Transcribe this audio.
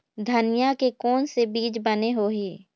धनिया के कोन से बीज बने होही?